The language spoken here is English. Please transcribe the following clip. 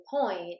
point